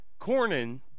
Cornyn